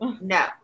No